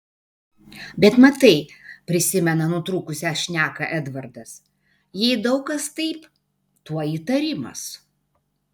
bet matai prisimena nutrūkusią šneką edvardas jei daug kas taip tuoj įtarimas